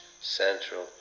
central